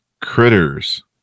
Critters